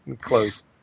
close